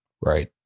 Right